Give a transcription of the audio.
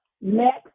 next